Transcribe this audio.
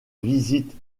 visitent